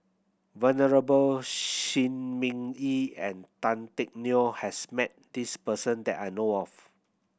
Venerable Shi Ming Yi and Tan Teck Neo has met this person that I know of